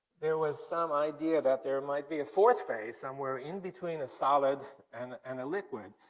there was some idea that there might be a fourth phase, somewhere in between a solid and and a liquid.